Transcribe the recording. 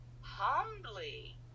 Humbly